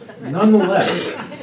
Nonetheless